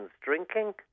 drinking